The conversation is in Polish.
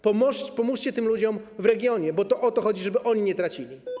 Pomóżcie tym ludziom w regionie, bo to o to chodzi, żeby oni nie tracili.